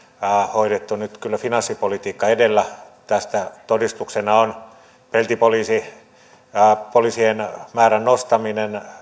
hoidettu nyt kyllä finanssipolitiikka edellä tästä todistuksena on peltipoliisien määrän nostaminen